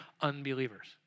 unbelievers